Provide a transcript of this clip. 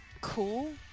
cool